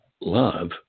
love